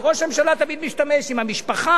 וראש הממשלה תמיד משתמש במשפחה,